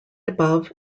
above